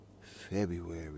February